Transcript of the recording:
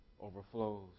overflows